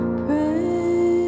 pray